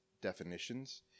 definitions